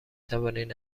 توانید